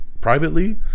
privately